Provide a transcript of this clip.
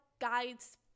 guides